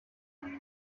karere